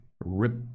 rip